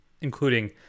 including